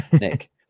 Nick